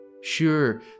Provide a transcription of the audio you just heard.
Sure